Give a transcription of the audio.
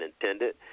intended